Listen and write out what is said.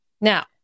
now